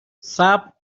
صبر